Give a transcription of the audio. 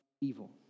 evil